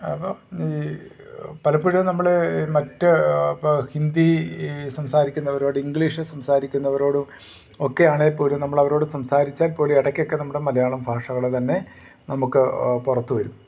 അപ്പം ഈ പലപ്പോഴും നമ്മൾ മറ്റ് ഇപ്പം ഹിന്ദി സംസാരിക്കുന്നവരോട് ഇംഗ്ലീഷ് സംസാരിക്കുന്നവരോടും ഒക്കെയാണെങ്കിൽ പോലും നമ്മളവരോട് സംസാരിച്ചാൽ പോലും ഇടക്കൊക്കെ നമ്മുടെ മലയാളം ഭാഷകൾ തന്നെ നമുക്ക് പുറത്തു വരും